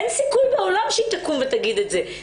אין סיכוי בעולם שהיא תקום ותגיד את זה,